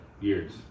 Years